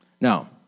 Now